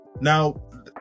Now